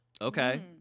Okay